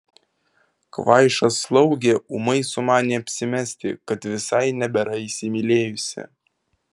kvaiša slaugė ūmai sumanė apsimesti kad visai nebėra įsimylėjusi